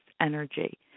energy